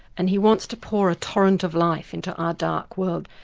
and he wants to pour a torrent of life into our dark world.